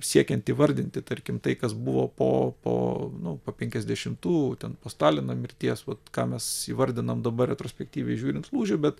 siekiant įvardinti tarkim tai kas buvo po po nu po penkiasdešimtų ten po stalino mirties vat ką mes įvardinam dabar retrospektyviai žiūrint lūžiu bet